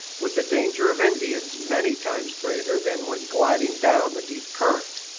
with the danger of indians many times greater than when gliding down the deep current.